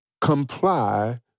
comply